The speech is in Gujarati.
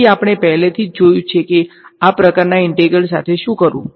તેથી આપણે પહેલેથી જ જોયું છે કે આ પ્રકારના ઈંટેગ્રલ સાથે શું કરવું